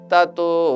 Tato